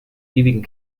ewigen